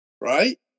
Right